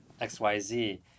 XYZ